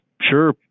sure